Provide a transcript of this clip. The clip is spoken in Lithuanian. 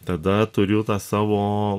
tada turiu tą savo